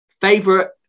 favorite